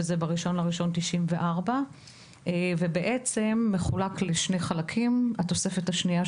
שזה 1 בינואר 1994. זה בעצם מחולק לשני חלקים: התוספת השנייה,